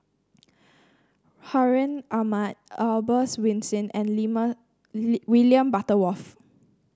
Hartinah Ahmad Albert Winsemius and William Butterworth